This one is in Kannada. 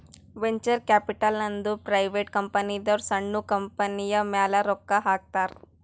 ವೆಂಚರ್ ಕ್ಯಾಪಿಟಲ್ ಅಂದುರ್ ಪ್ರೈವೇಟ್ ಕಂಪನಿದವ್ರು ಸಣ್ಣು ಕಂಪನಿಯ ಮ್ಯಾಲ ರೊಕ್ಕಾ ಹಾಕ್ತಾರ್